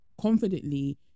confidently